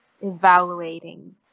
evaluating